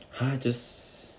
I just